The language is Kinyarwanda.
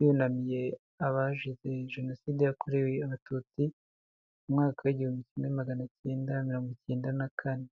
,yunamiye abazize jenoside yakorewe abatutsi mu mwaka w' igihumbi kimwe maganacyenda mirongo icyenda na kane.